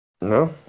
No